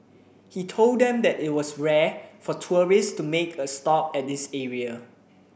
he told them that it was rare for tourists to make a stop at this area